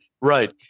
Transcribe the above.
right